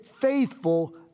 faithful